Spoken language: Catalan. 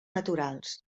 naturals